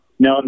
No